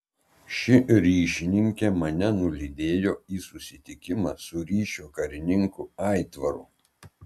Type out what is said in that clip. ši ryšininkė mane nulydėjo į susitikimą su ryšio karininku aitvaru